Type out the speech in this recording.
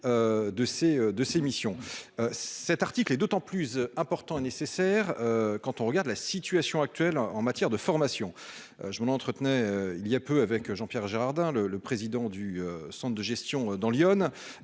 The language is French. de ses missions. Cet article est d'autant plus important et nécessaire. Quand on regarde la situation actuelle en matière de formation. Je m'en entretenais il y a peu avec Jean-Pierre Gérardin le le président du Centre de gestion dans